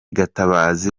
gatabazi